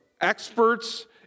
experts